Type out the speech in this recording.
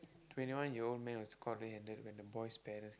twenty one year old male is caught red handed when the boy's parents